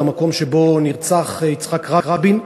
במקום שבו נרצח יצחק רבין,